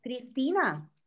Cristina